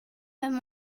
wenn